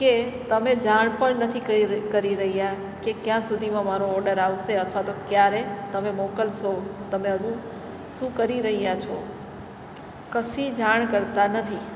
કે તમે જાણ પણ નથી કરી રહ્યા કે ક્યાં સુધીમાં મારો ઓડર આવશે અથવા તો ક્યારે તમે મોકલશો તમે હજુ શું કરી રહ્યા છો કશી જાણ કરતા નથી